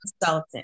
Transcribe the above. consultant